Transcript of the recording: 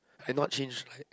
I not change like